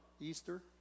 Easter